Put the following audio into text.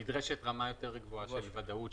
נדרשת רמה יותר גבוהה של ודאות,